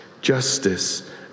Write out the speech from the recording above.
justice